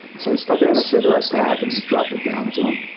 so i stuck it in a cigarette pack and dropped it down to him.